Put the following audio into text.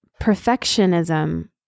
perfectionism